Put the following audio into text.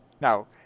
Now